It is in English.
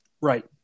Right